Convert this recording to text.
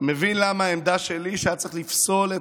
מבין למה העמדה שלי שהיה צריך לפסול את